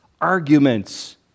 arguments